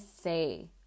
say